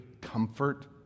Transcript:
comfort